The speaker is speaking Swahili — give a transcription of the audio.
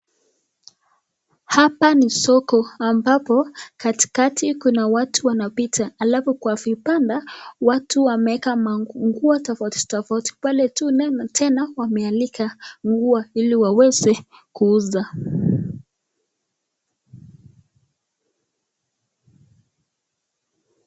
Hapa ni soko ambapo katikati kuna watu wanapita alafu kwa vibanda watu wameeka manguo tofauti tofauti. Pale tena wameanika nguo ili waweze kuuza.